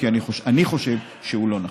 כי אני חושב שהוא לא נכון.